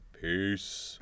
Peace